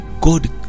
God